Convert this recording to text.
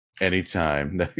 Anytime